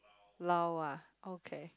lao ah okay